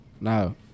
No